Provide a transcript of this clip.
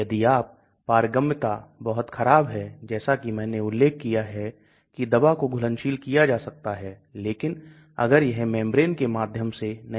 हम आयनीकरण समूह में रख सकते हैं जैसा मैंने कहा की लवण हमेशा अधिक घुलनशील होते हैं यही कारण है कि 70 दवाएं लवण के रूप में होती हैं